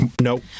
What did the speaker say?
Nope